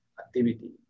activity